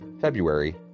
February